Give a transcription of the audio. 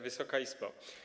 Wysoka Izbo!